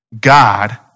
God